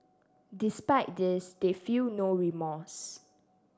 despite this they feel no remorse